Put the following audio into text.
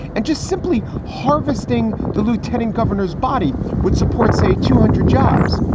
and just simply harvesting the lieutenant governor's body would support, say, two hundred jobs.